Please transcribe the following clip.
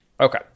Okay